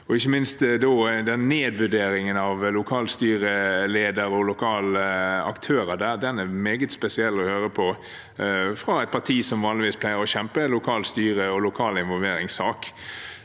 ikke minst nedvurderingen av lokalstyrelederen og lokale aktører – er det meget spesielt å høre fra et parti som vanligvis pleier å kjempe lokalstyrets og lokalinvolveringens sak.